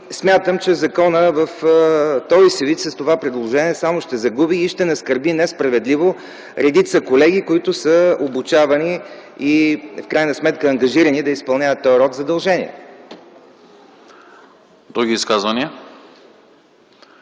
Смятам, че закона в този си вид, с това предложение, само ще загуби и ще наскърби несправедливо редица колеги, които са обучавани и в крайна сметка ангажирани да изпълняват този род задължения. ПРЕДСЕДАТЕЛ